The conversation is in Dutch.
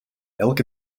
elke